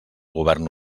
govern